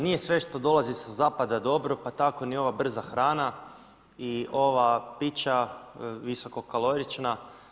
Nije sve što dolazi sa zapada dobro pa tako ni ova brza hrana i ova pića visokokalorična.